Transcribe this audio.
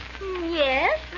Yes